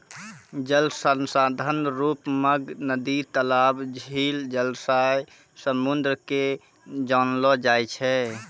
जल संसाधन रुप मग नदी, तलाब, झील, जलासय, समुन्द के जानलो जाय छै